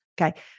Okay